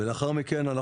ולאחר מכן,